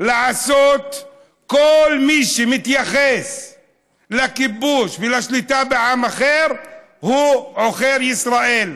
כל מי שמתייחס לכיבוש ולשליטה בעם אחר הוא עוכר ישראל.